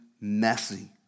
messy